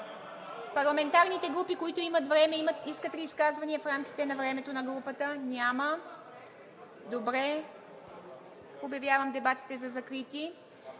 Парламентарните групи, които имат време, искат ли изказвания в рамките на времето на групата? Няма. Обявявам дебатите за закрити.